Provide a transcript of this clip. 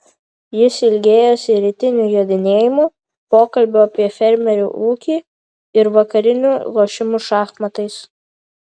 jis ilgėjosi rytinių jodinėjimų pokalbių apie fermerių ūkį ir vakarinių lošimų šachmatais